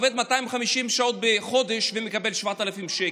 עובד 250 שעות בחודש ומקבל 7,000 שקלים.